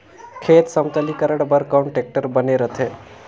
खेत समतलीकरण बर कौन टेक्टर बने रथे?